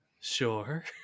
Sure